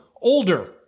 older